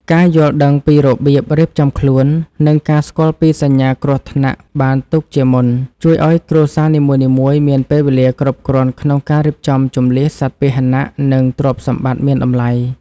ការយល់ដឹងពីរបៀបរៀបចំខ្លួន និងការស្គាល់ពីសញ្ញាគ្រោះថ្នាក់បានទុកជាមុន ជួយឱ្យគ្រួសារនីមួយៗមានពេលវេលាគ្រប់គ្រាន់ក្នុងការរៀបចំជម្លៀសសត្វពាហនៈ និងទ្រព្យសម្បត្តិមានតម្លៃ។